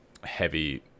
heavy